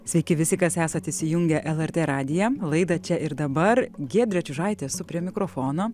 sveiki visi kas esat įsijungę lrt radiją laidą čia ir dabar giedrė čiužaitė esu prie mikrofono